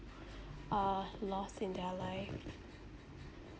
a loss in their life